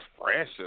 fresh